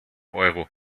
euro